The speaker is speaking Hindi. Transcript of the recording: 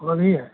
वही है